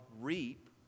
reap